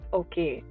okay